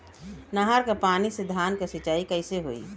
नहर क पानी से धान क सिंचाई कईसे होई?